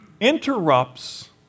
interrupts